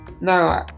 No